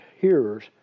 hearers